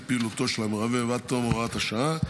פעילותו של המרבב עד תום הוראת השעה,